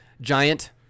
Giant